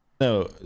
no